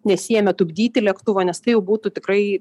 nesiėmė tupdyti lėktuvą nes tai jau būtų tikrai